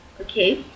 Okay